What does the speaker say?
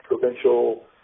provincial